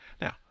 Now